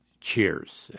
Cheers